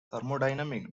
thermodynamic